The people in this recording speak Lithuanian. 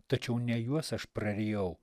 tačiau ne juos aš prarijau